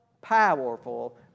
powerful